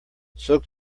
soak